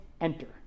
enter